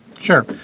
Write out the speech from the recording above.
Sure